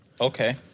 Okay